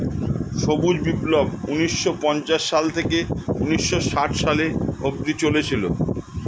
সবুজ বিপ্লব ঊন্নিশো পঞ্চাশ সাল থেকে ঊন্নিশো ষাট সালে অব্দি চলেছিল